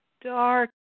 dark